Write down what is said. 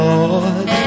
Lord